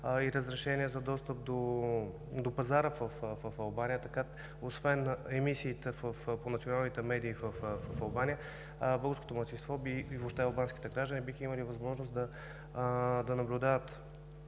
и разрешения за достъп до пазара в Албания. Така освен емисиите по националните медии в Албания, българското малцинство и въобще албанските граждани биха имали възможност да наблюдават